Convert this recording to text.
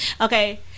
Okay